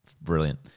brilliant